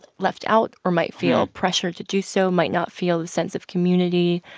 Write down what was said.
left out or might feel pressured to do so might not feel the sense of community,